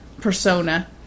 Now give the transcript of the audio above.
persona